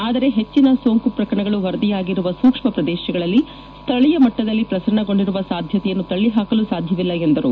ಆದರೆ ಹೆಚ್ಚನ ಸೋಂಕು ಪ್ರಕರಣಗಳು ವರದಿಯಾಗಿರುವ ಸೂಕ್ಷ್ಮ ಪ್ರದೇಶಗಳಲ್ಲಿ ಸ್ಥಳೀಯ ಮಟ್ಟದಲ್ಲಿ ಪ್ರಸರಣಗೊಂಡಿರುವ ಸಾಧ್ಯತೆಯನ್ನು ತಳ್ಳ ಹಾಕಲು ಸಾಧ್ಯವಿಲ್ಲ ಎಂದರು